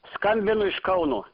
skambinu iš kauno